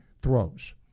throws